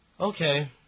Okay